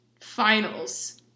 finals